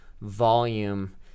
volume